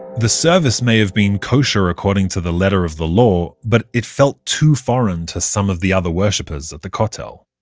the service may have been kosher according to the letter of the law, but it felt too foreign to some of the other worshipers at the kotel.